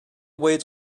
weights